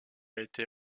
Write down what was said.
été